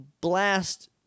blast